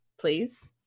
please